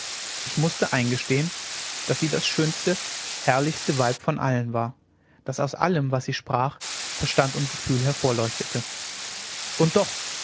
ich mußte eingestehen daß sie das schönste herrlichste weib von allen war daß aus allem was sie sprach verstand und gefühl hervorleuchtete und doch